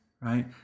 Right